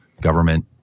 government